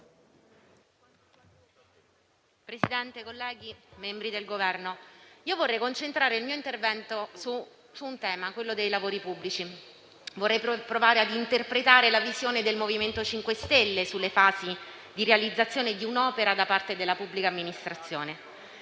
Presidente, membri del Governo, colleghi, vorrei concentrare il mio intervento sul tema dei lavori pubblici e provare a interpretare la visione del MoVimento 5 Stelle sulle fasi di realizzazione di un'opera da parte della pubblica amministrazione.